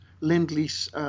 lend-lease